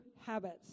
habits